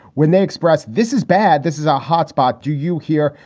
when they express this is bad. this is a hotspot. do you hear?